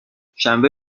شنبه